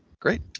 Great